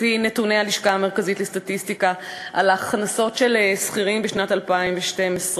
לפי נתוני הלשכה המרכזית לסטטיסטיקה על ההכנסות של שכירים בשנת 2012,